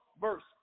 verse